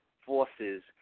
forces